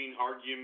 arguments